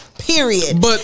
Period